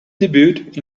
debut